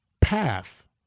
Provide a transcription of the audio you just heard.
path